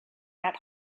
that